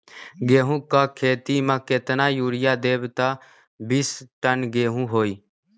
गेंहू क खेती म केतना यूरिया देब त बिस टन गेहूं होई?